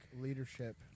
leadership